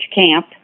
camp